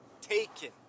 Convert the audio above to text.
taken